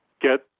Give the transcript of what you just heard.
get